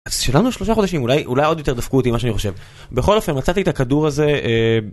אז שילמנו שלושה חודשים אולי, אולי עוד יותר דפקו אותי מה שאני חושב בכל אופן מצאתי את הכדור הזה אה..